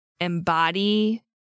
embody